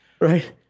Right